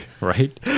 Right